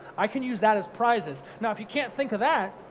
i can use that as prizes. now if you can't think of that,